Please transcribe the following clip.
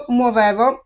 muovevo